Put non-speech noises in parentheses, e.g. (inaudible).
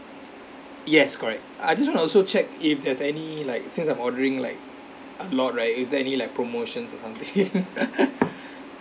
yes correct I just want to also check if there's any like since I'm ordering like a lot right is there any like promotions or something (laughs)